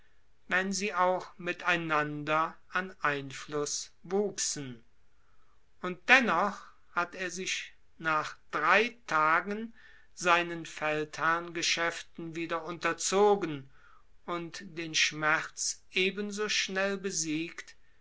wenn sie auch mit einander wuchsen und dennoch hat er sich nach drei tagen seinen feldherrngeschäften wieder unterzogen und den schmerz ebenso schnell besiegt